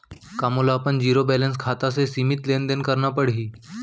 का मोला अपन जीरो बैलेंस खाता से सीमित लेनदेन करना पड़हि?